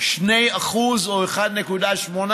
2% או 1.8,